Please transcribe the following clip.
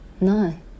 none